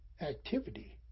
activity